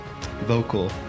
vocal